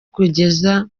kugeza